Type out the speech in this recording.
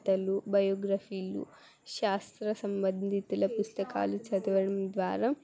కథలు బయోగ్రఫీలు శాస్త్ర సంబంధితుల పుస్తకాలు చదవడం ద్వారా